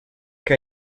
que